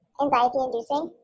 anxiety-inducing